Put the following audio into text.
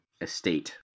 Estate